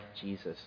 Jesus